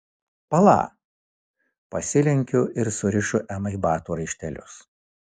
pala pasilenkiu ir surišu emai batų raištelius